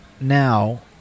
Now